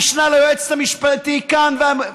המשנה ליועצת המשפטית כאן,